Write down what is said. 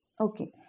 okay